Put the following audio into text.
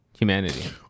humanity